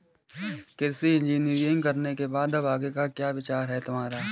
कृषि इंजीनियरिंग करने के बाद अब आगे का क्या विचार है तुम्हारा?